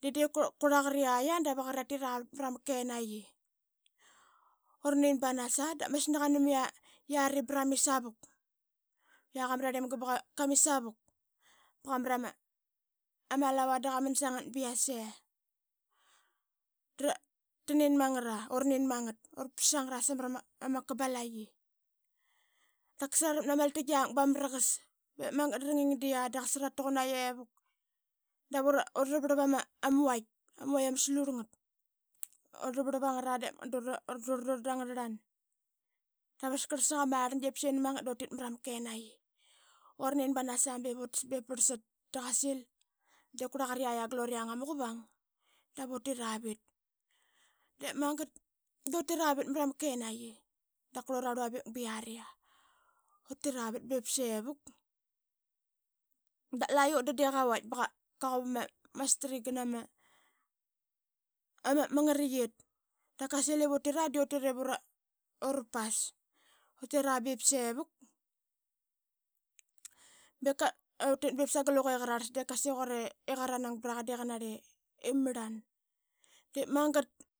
de diip qurlaqari ayia dara qari ratiravit mrama kenaqi. Uranin banas da masna qanam yari ba ramit savuk yak ama rarlimga ba qamit savuk ba qamrama alau da qaman sagat ba yase. Dranin mangra, urnin mangat mura psas angra samra ma gabalaqi da qasa rarakmat nama altingia ba ma mraqas. De magat dra ngingdaitka daqasa ratuqunaqi ivak dav ura uralavvrlap ama vait ama slurlngat. Ura rlap rlavangra de magat dura durl, durl dangrarlan dap qaitas saqa ma rlngia saqi nani magat dutit mrama kenaqi. Urnin banasa be prlsat da qasil, de kurlaqria gluriang ama quvang dap utit ravit, de magat dutiravit mrama kenaqi da qurlura rluavik biaria. Utiravit be sevuk, da la utdan de qavait ba qa quap ama stringana ma ama ngariqit da qasil ip utira de utit ivara pas. Utira be sevur daka utit ba sagal luqe qararlas de qasiquat i qaranang braqa de imrlan de magat.